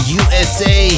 usa